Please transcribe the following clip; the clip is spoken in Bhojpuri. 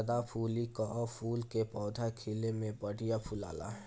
सदाफुली कअ फूल के पौधा खिले में बढ़िया फुलाला